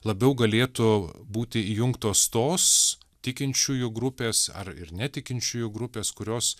labiau galėtų būti įjungtos tos tikinčiųjų grupės ar ir netikinčiųjų grupės kurios